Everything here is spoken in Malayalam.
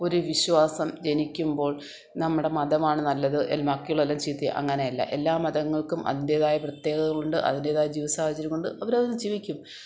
ഒരുവിശ്വാസം ജനിക്കുമ്പോൾ നമ്മുടെ മതമാണ് നല്ലത് ബാക്കിയുള്ളതെല്ലാം ചീത്തയാ അങ്ങനെയല്ല എല്ലാ മതങ്ങൾക്കും അതിൻറ്റേതായാപ്രത്യേകതകളുണ്ട് അതിൻറ്റേതായാ ജീവിതസാധ്യതകൾകൊണ്ടു അവരതിൽ ജീവിക്കും